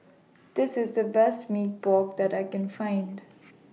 This IS The Best Mee Pok that I Can Find